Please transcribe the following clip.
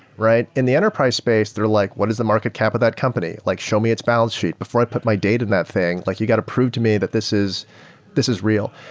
right? in the enterprise space they're like, what is the market cap of that company? like show me its balance sheet before i put my data in that thing. like you got to prove to me that this is this is real.